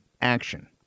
action